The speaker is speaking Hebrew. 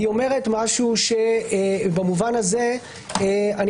היא אומרת משהו שבמובן הזה אני